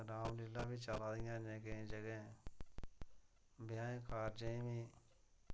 रामलीलां बी चला दियां न अजें केईं जगह् ब्याह् कारजें बी